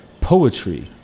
poetry